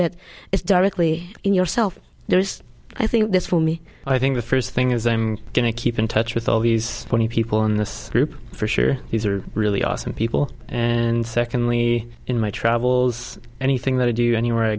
but it's directly in yourself there is i think this for me i think the first thing is i'm going to keep in touch with all these twenty people on this group for sure these are really awesome people and secondly in my travels anything that i do anywhere i